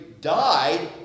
died